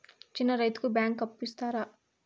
చిన్న రైతుకు బ్యాంకు అప్పు ఇస్తారా?